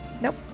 Nope